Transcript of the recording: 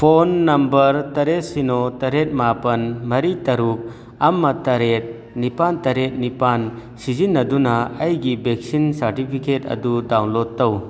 phone number ꯇꯔꯦꯠ ꯁꯤꯅꯣ ꯇꯔꯦꯠ ꯃꯥꯄꯟ ꯃꯔꯤ ꯇꯔꯨꯛ ꯑꯃ ꯇꯔꯦꯠ ꯅꯤꯄꯥꯟ ꯇꯔꯦꯠ ꯅꯤꯄꯥꯟ ꯁꯤꯖꯤꯟꯅꯗꯨꯅ ꯑꯩꯒꯤ ꯚꯦꯛꯁꯤꯟ ꯁꯥꯔꯇꯤꯐꯤꯀꯦꯠ ꯑꯗꯨ ꯗꯥꯥꯎꯟꯂꯣꯠ ꯇꯧ